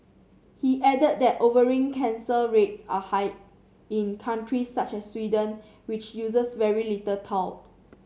he added that ovarian cancer rates are high in countries such as Sweden which uses very little talc